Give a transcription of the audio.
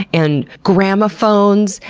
and gramophones,